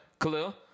Khalil